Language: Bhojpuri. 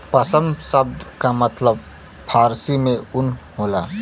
पसम सब्द का मतलब फारसी में ऊन होला